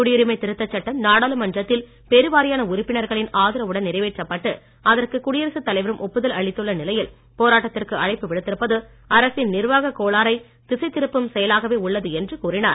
குடியுரிமை திருத்த சட்டம் நாடாளுமன்றத்தில் பெருவாரியான உறுப்பினர்களின் ஆதரவுடன் நிறைவேற்றப்பட்டு அதற்கு குடியரசு தலைவரும் ஒப்புதல் அளித்துள்ள நிலையில் போராட்டத்திற்கு அழைப்பு விடுத்திருப்பது அரசின் நிர்வாக கோளாறை திசை திருப்பும் செயலாகவே உள்ளது என்றும் கூறினார்